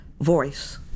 voice